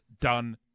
Done